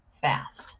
fast